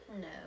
No